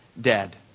dead